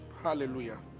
Hallelujah